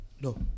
No